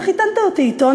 אתה חיתנת אותי אתו,